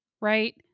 right